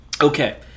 Okay